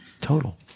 total